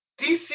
DC